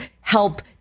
help